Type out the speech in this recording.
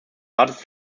rates